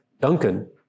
Duncan